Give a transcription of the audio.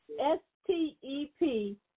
S-T-E-P